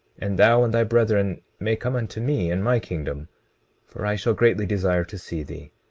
and thou and thy brethren may come unto me, in my kingdom for i shall greatly desire to see thee.